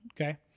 okay